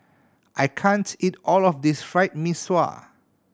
I can't eat all of this Fried Mee Sua